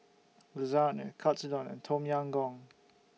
Lasagne Katsudon and Tom Yam Goong